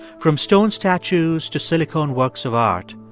from stone statues to silicone works of art,